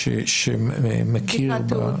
הבריאות שמכיר בתעודות?